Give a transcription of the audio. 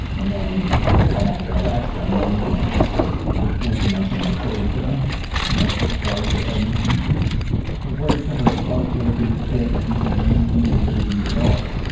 and then then after all that's done, then we can actually start working on some of the code, you know fix bugs or add new features what are some of the bugs that are being fixed and some of the new features that are being developed?